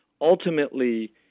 Ultimately